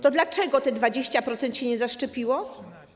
To dlaczego te 20% się nie zaszczepiło?